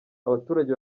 abaturage